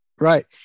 Right